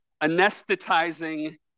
anesthetizing